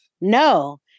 No